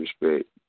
respect